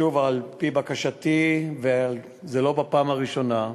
שוב על-פי בקשתי ולא בפעם הראשונה,